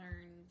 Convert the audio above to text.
learned